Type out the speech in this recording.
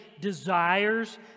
desires